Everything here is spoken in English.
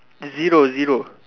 zero zero